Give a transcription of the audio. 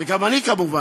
וגם אני כמובן.